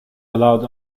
allowed